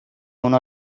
una